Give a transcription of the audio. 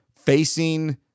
facing